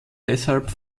deshalb